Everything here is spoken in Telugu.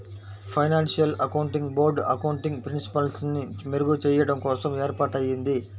ఫైనాన్షియల్ అకౌంటింగ్ బోర్డ్ అకౌంటింగ్ ప్రిన్సిపల్స్ని మెరుగుచెయ్యడం కోసం ఏర్పాటయ్యింది